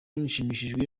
nshimishijwe